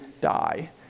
die